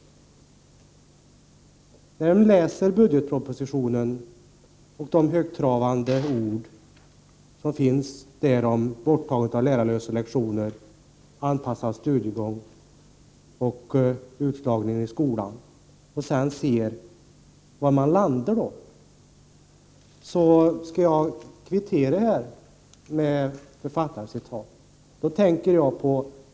Efter att ha läst budgetpropositionens högtravande ord om vakthavande av lärarlösa lektioner, anpassad studiegång och utslagningen i skolan och sett vilka åtgärder detta leder till vill jag kvittera med ett författarcitat.